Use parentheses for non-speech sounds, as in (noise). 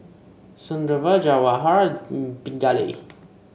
Sunderlal Jawaharlal (hesitation) Pingali